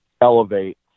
elevate